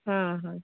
हँ हँ